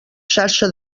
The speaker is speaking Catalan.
xarxa